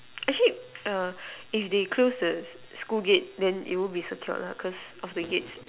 actually err if they close the school gate then it wouldn't be secured lah cause of the Gates